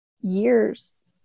years